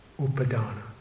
upadana